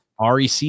REC